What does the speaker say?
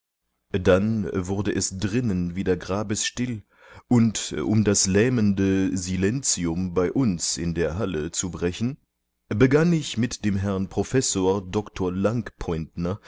dann wurde es drinnen wieder grabesstill und um das lähmende silentium bei uns in der halle zu brechen begann ich mit dem herrn professor